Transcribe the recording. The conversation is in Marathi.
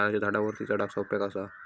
नारळाच्या झाडावरती चडाक सोप्या कसा?